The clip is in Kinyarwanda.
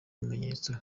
bimenyetso